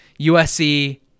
USC